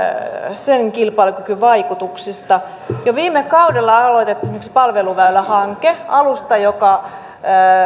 sen kilpailukykyvaikutuksista jo viime kaudella aloitettiin esimerkiksi palveluväylähanke alusta joka